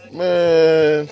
man